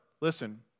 listen